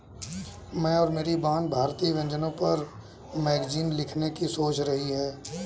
मैं और मेरी बहन भारतीय व्यंजनों पर मैगजीन लिखने की सोच रही है